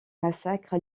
massacre